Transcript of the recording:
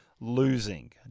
losing